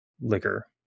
liquor